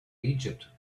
egypt